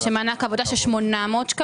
2,676 שקלים,